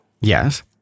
Yes